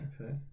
Okay